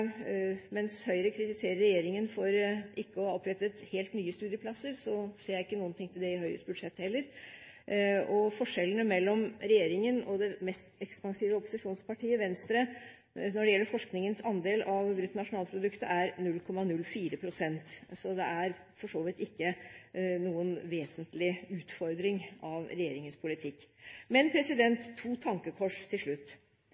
Mens Høyre kritiserer regjeringen for ikke å ha opprettet helt nye studieplasser, ser jeg ikke noe til det i Høyres budsjett heller. Forskjellen mellom regjeringen og det mest ekspansive opposisjonspartiet, Venstre, når det gjelder forskningens andel av bruttonasjonalprodukt, er 0,04 pst. Så det er for så vidt ikke noen vesentlig utfordring av regjeringens politikk. Men to tankekors til slutt.